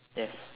yes